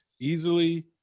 easily